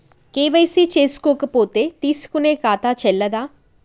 KYC చేసుకోకపోతే తీసుకునే ఖాతా చెల్లదా?